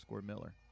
Miller